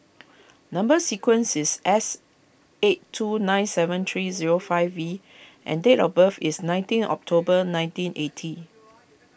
Number Sequence is S eight two nine seven three zero five V and date of birth is nineteen October nineteen eighty